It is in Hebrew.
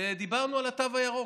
ודיברנו על התו הירוק.